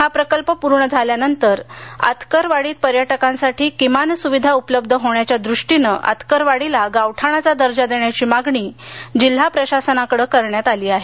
हा प्रकल्प पूर्ण झाल्यानंतर आतकर वाडीत पर्यटकांसाठी किमान सुविधा उपलब्ध होण्याच्या द्रष्टीनं आतकर वाडीला गावठाणाचा दर्जा देण्याची मागणी जिल्हा प्रशासनाकडे करण्यात आली आहे